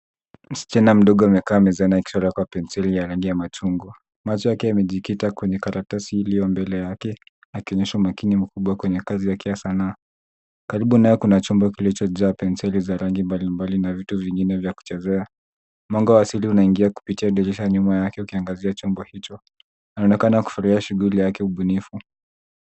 Msichana mdogo amekaa mezani akichora kwa penseli yenye rangi ya machungwa. Macho yake yamejikita kwenye karatasi iliyo mbele yake akionyesha umakini mkubwa kwenye kazi yake Sanaa. Karibu naye kuna chombo kilichojaa penseli mbalimbali na vitu vingine vya kuchezea. Mwanga wa asili unaingia kupitia dirisha nyuma yake ukiangazia chombo hicho. Anaonekana kufurahia shughuli yake ubunifu.